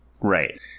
Right